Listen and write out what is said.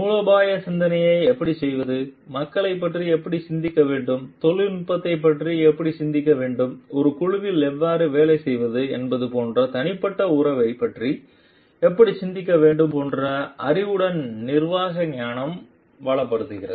மூலோபாய சிந்தனையை எப்படிச் செய்வது மக்களைப் பற்றி எப்படிச் சிந்திக்க வேண்டும் தொழில்நுட்பத்தைப் பற்றி எப்படிச் சிந்திக்க வேண்டும் ஒரு குழுவில் எவ்வாறு வேலை செய்வது என்பது போன்ற தனிப்பட்ட உறவைப் பற்றி எப்படிச் சிந்திக்க வேண்டும் போன்ற அறிவுடன் நிர்வாக ஞானம் வளப்படுத்துகிறது